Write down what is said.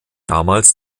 damals